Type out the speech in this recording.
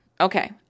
Okay